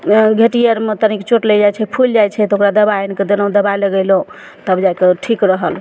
ओ घेँटी आरमे तनिक चोट लागि जाइ छै फुलि जाइ छै तऽ ओकरा दबाइ आनिकऽ देलहुँ दबाइ लगैलहुँ तब जा कए ठीक रहल